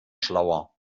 schlauer